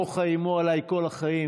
אתה יודע, איימו עליי כל החיים.